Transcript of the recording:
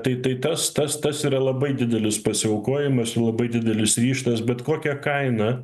tai tai tas tas tas yra labai didelis pasiaukojimas labai didelis ryžtas bet kokia kaina